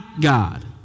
God